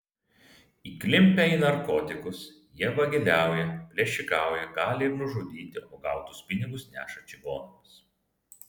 įklimpę į narkotikus jie vagiliauja plėšikauja gali ir nužudyti o gautus pinigus neša čigonams